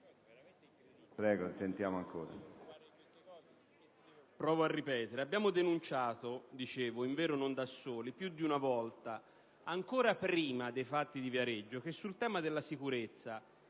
FILIPPI Marco *(PD)*. Provo a ripetere. Abbiamo denunciato - invero non da soli - più di una volta, ancora prima dei fatti di Viareggio, che sul tema della sicurezza,